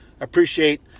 appreciate